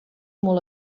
molt